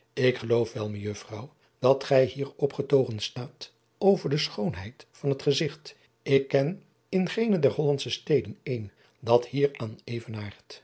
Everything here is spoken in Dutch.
k geloof wel mejuffrouw dat gij hier opgetogen staat over de schoonheid van het gezigt ik ken in geene der ollandsche steden een dat hier aan